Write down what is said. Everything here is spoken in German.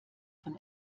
von